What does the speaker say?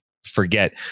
forget